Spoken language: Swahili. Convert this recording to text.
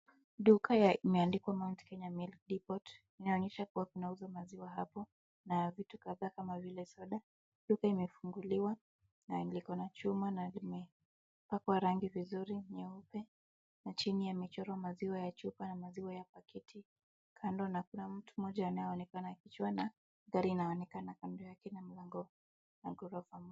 Duka imeandikwa Mount Kenya Milk Depot inaonyesha kuwa kunauza maziwa hapo na vitu kadhaa kama vile soda. Duka imefunguliwa na liko na chuma na limepakwa rangi vizuri nyeupe na chini ya mechoro maziwa ya chupa na maziwa ya pakiti kando na kuna mtu mmoja anaonekana kichwa na gari inaonekana kando yake na mlango na ghorofa.